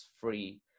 free